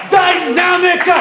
dynamic